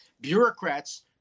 bureaucrats